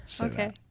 okay